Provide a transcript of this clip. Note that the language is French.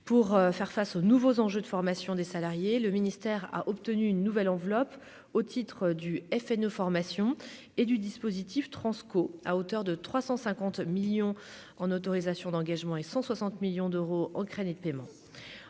pour faire face aux nouveaux enjeux de formation des salariés, le ministère a obtenu une nouvelle enveloppe au titre du FNE, formation et du dispositif Transco à hauteur de 350 millions en autorisations d'engagement et 160 millions d'euros en crédits de paiement